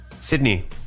Sydney